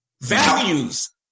Values